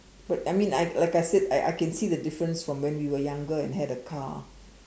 but I mean I I like I I said I I can see the difference from when we were younger and we had a car